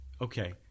okay